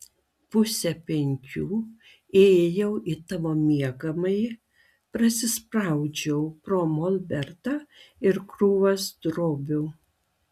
pusę penkių įėjau į tavo miegamąjį prasispraudžiau pro molbertą ir krūvas drobių